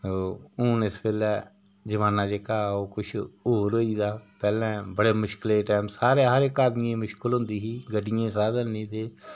तो हून इस बेल्लै जमान्ना जेह्का हा ओह् कुछ होर होई दा पैह्लें बड़े मुश्कलें टाइम सारे हर इक आदमिये ई मुश्कल होंदी ही गड्डियें साधन नेईं थे